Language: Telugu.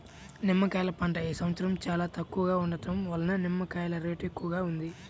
నిమ్మకాయల పంట ఈ సంవత్సరం చాలా తక్కువగా ఉండటం వలన నిమ్మకాయల రేటు ఎక్కువగా ఉంది